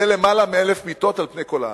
זה למעלה מ-1,000 מיטות על-פני כל הארץ.